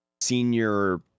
Senior